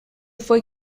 fue